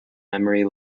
memory